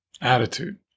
attitude